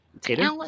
Tater